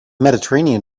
mediterranean